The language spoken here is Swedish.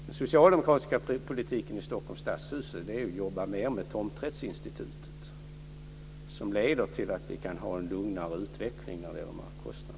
Den socialdemokratiska politiken i Stockholms stadshus är att jobba mer med tomträttsinstitutet, som leder till att vi kan ha en lugnare utveckling när det gäller markkostnaderna.